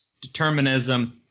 determinism